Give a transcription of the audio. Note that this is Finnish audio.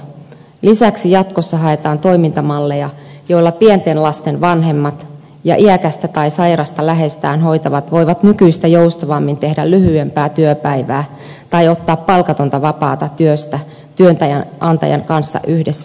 lisäksi jatkossa haetaan toimintamalleja joilla pienten lasten vanhemmat ja iäkästä tai sairasta läheistään hoitavat voivat nykyistä joustavammin tehdä lyhyempää työpäivää tai ottaa palkatonta vapaata työstä työnantajan kanssa yhdessä sopimalla